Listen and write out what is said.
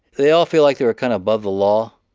they all feel like they were kind of above the law.